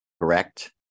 correct